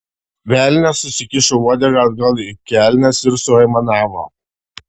velnias susikišo uodegą atgal į kelnes ir suaimanavo